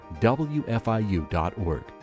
WFIU.org